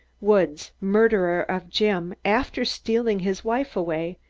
woods murderer of jim, after stealing his wife away,